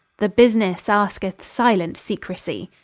the businesse asketh silent secrecie.